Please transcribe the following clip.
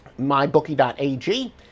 mybookie.ag